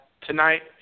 Tonight